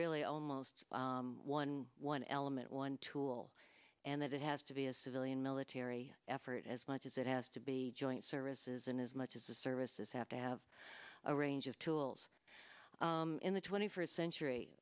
really almost one one element one tool and that has to be a civilian military effort as much as it has to be joint services and as much as the services have to have a range of tools in the twenty first century